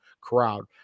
crowd